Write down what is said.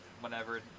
whenever